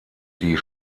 die